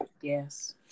yes